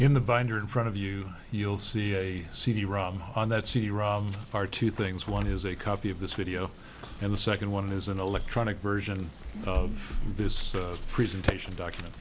in the binder in front of you you'll see a cd rom on that cd rom are two things one is a copy of this video and the second one is an electronic version of this presentation document